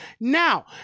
Now